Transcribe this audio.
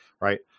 right